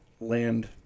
land